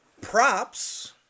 Props